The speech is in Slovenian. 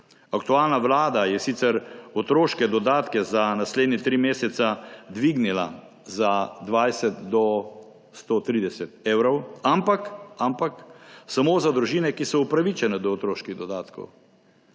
Aktualna vlada je sicer otroške dodatke za naslednje tri mesece dvignila za 20 do 130 evrov, ampak samo za družine, ki so upravičene do otroških dodatkov.